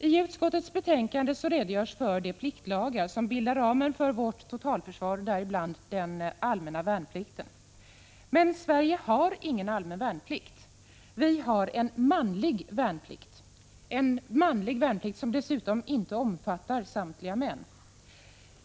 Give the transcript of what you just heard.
I utskottets betänkande redogörs för de pliktlagar som bildar ramen för vårt totalförsvar, däribland den allmänna värnplikten. Men Sverige har ingen allmän värnplikt: vi har en manlig värnplikt, som dessutom inte omfattar samtliga män.